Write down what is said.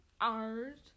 ART